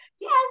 Yes